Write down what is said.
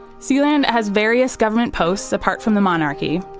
sealand has various government posts apart from the monarchy.